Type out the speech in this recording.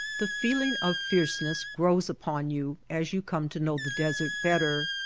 the feeling of fierceness grows upon you as you come to know the desert better.